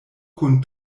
kun